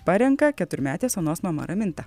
parenka keturmetės onos mama raminta